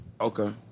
Okay